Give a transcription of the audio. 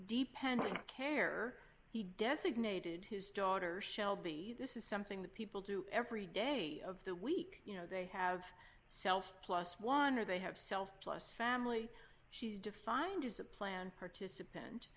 where he designated his daughters shall be this is something that people do every day of the week you know they have self plus one or they have self plus family she defined as a plan participant